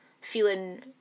feeling